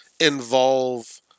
involve